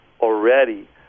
already